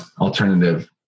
alternative